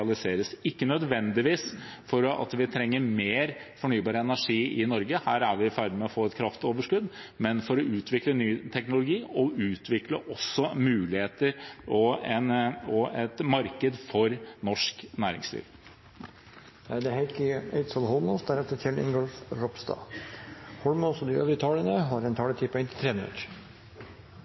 – ikke nødvendigvis for at vi trenger mer fornybar energi i Norge, her er vi i ferd med å få et kraftoverskudd, men for å utvikle en ny teknologi og også muligheter og et marked for norsk næringsliv. De talere som heretter får ordet, har en